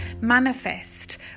manifest